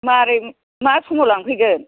माबोरै मा समाव लांफैगोन